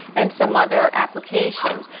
and some other applications.